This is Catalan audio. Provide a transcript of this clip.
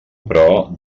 però